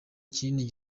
kinini